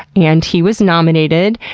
and he was nominated,